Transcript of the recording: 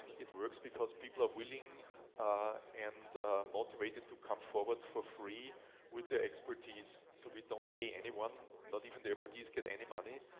it works because people are willing and motivated to come forward for free with the expertise so we don't pay anyone, not even authorities get any money.